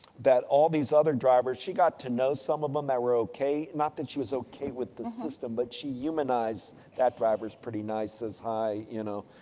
that all these other drivers, she got to know some of them that were okay. not that she was okay with the system, but she humanized that driver's pretty nice, says hi, you know.